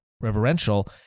reverential